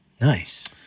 Nice